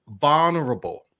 vulnerable